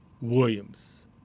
Williams